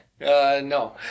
No